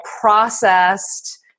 processed